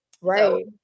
right